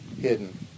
hidden